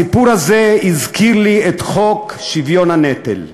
הסיפור הזה הזכיר לי את חוק השוויון בנטל,